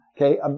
Okay